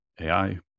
AI